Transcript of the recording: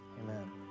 Amen